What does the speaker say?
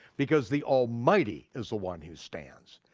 because the almighty is the one who stands,